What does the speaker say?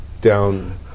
Down